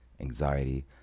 anxiety